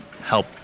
help